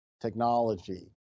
technology